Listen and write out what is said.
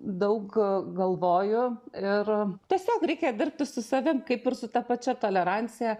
daug galvoju ir tiesiog reikia dirbti su savim kaip ir su ta pačia tolerancija